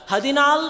Hadinal